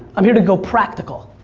i'm here to go practical.